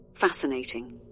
Fascinating